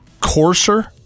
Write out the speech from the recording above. coarser